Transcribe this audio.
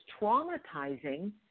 traumatizing